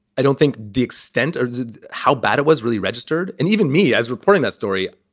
i don't think the extent of how bad it was really registered and even me as reporting that story,